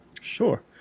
Sure